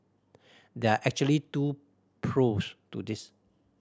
there are actually two pros to this